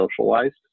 socialized